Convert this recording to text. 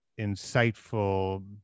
insightful